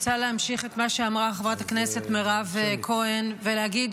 אני רוצה להמשיך את מה שאמרה חברת הכנסת מירב כהן ולהגיד